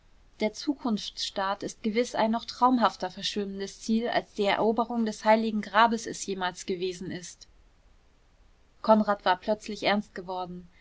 der zukunftsstaat ist gewiß ein noch traumhafter verschwimmendes ziel als die eroberung des heiligen grabes es jemals gewesen ist konrad war plötzlich ernst geworden